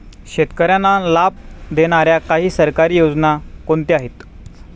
शेतकऱ्यांना लाभ देणाऱ्या काही सरकारी योजना कोणत्या आहेत?